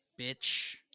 bitch